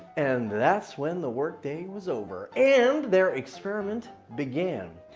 and that's when the work day was over and their experiment began.